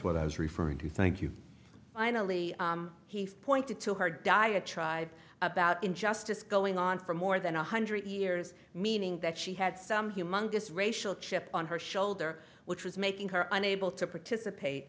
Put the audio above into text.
what i was referring to thank you finally he pointed to her diatribe about injustice going on for more than one hundred years meaning that she had some humungous racial chip on her shoulder which was making her on able to participate